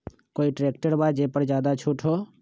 कोइ ट्रैक्टर बा जे पर ज्यादा छूट हो?